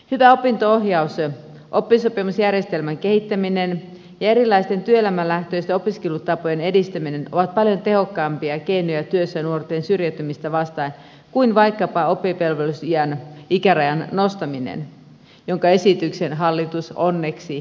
hyvä opinto ohjaus oppisopimusjärjestelmän kehittäminen ja erilaisten työelämälähtöisten opiskelutapojen edistäminen ovat paljon tehokkaampia keinoja työssä nuorten syrjäytymistä vastaan kuin vaikkapa oppivelvollisuusiän ikärajan nostaminen jonka esityksen hallitus onneksi kaatoi